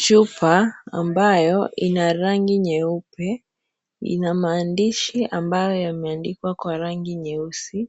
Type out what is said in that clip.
Chupa ambayo ina rangi nyeupe ina maandishi ambayo yameandikwa kwa rangi nyeusi.